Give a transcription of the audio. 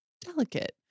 delicate